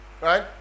right